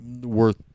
worth